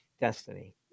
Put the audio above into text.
destiny